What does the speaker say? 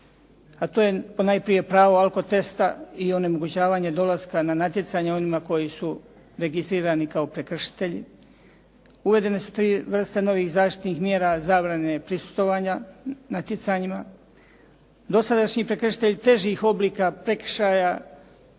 a to je ponajprije pravo alkotesta i onemogućavanje dolaska na natjecanje onima koji su registrirani kao prekršitelji. Uvedene su tri vrste novih zaštitnih mjera zabrane prisustvovanja natjecanjima. Dosadašnji prekršitelji težih oblika prekršaja